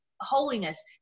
holiness